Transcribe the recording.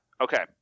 Okay